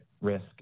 risk